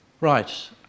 Right